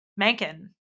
Mankin